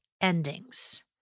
endings